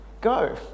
Go